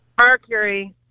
Mercury